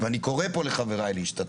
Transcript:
אני קורא פה לחבריי להשתתף.